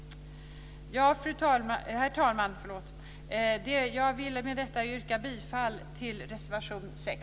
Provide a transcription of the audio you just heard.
Herr talman! Jag yrkar med detta bifall till reservation 6.